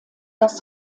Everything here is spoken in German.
dass